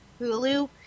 Hulu